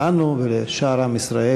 לנו ולשאר עם ישראל,